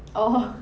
orh